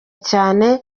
cyane